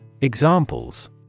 Examples